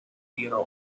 ihrer